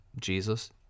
Jesus